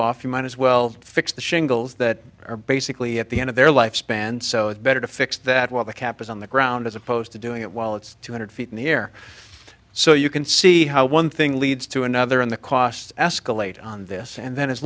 off you might as well fix the shingles that are basically at the end of their life span so it's better to fix that while the cap is on the ground as opposed to doing it while it's two hundred feet in the air so you can see how one thing leads to another and the costs escalate on this and then as